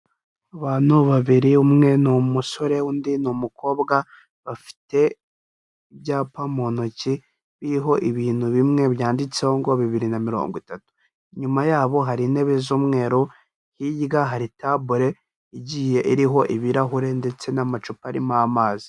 Abantu babiri, umwe n'umusore undi n'umukobwa bafite ibyapa mu ntoki biriho ibintu bimwe byanditseho ngo bibiri na mirongo itatu, inyuma yabo hari intebe z'umweru, hirya hari tabure igiye iriho ibirahure ndetse n'amacupa arimo amazi.